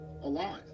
alive